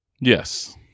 yes